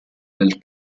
del